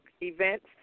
events